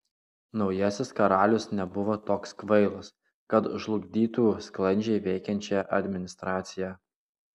naujasis karalius nebuvo toks kvailas kad žlugdytų sklandžiai veikiančią administraciją